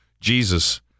jesus